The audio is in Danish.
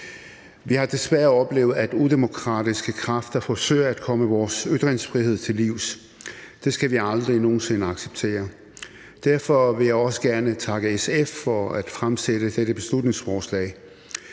Vi har desværre oplevet, at udemokratiske kræfter forsøger at komme vores ytringsfrihed til livs. Det skal vi aldrig nogen sinde acceptere. Derfor vil jeg også gerne takke SF for at fremsætte dette beslutningsforslag.